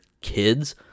kids